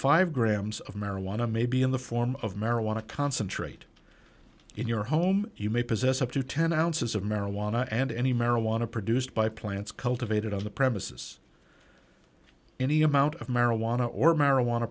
five grams of marijuana may be in the form of marijuana concentrate in your home you may possess up to ten ounces of marijuana and any marijuana produced by plants cultivated on the premises any amount of marijuana or marijuana